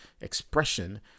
expression